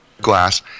glass